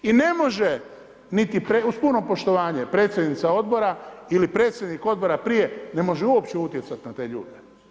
I ne može niti uz puno poštovanje predsjednica odbora ili predsjednik odbora prije ne može uopće utjecati na te ljude.